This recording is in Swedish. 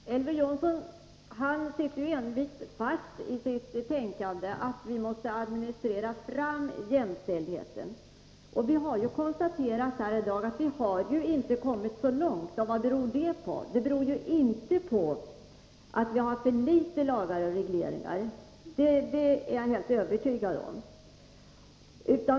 Fru talman! Elver Jonsson sitter envist fast i sitt tänkande att man måste administrera fram jämställdheten. Men vi har ju konstaterat här i dag att vi inte har kommit så långt. Vad beror det på? Ja, det beror inte på att vi har för litet av lagar och regleringar — det är jag helt övertygad om.